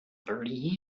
thirty